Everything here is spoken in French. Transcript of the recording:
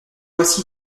aussi